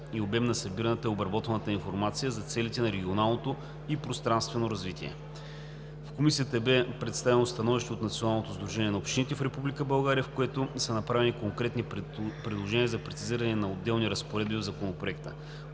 и обем на събираната и обработваната информация за целите на регионалното и пространственото развитие. В Комисията бе представено становище от Националното сдружение на общините в Република България, в което са направени конкретни предложения за прецизиране на отделни разпоредби в Законопроекта.